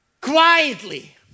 Quietly